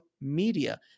media